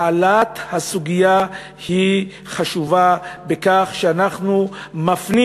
העלאת הסוגיה היא חשובה בכך שאנחנו מפנים